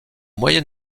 moyen